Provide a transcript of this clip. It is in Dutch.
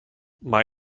maar